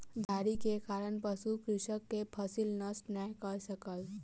झाड़ी के कारण पशु कृषक के फसिल नष्ट नै कय सकल